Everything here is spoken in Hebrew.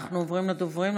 אנחנו עוברים לדוברים,